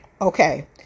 Okay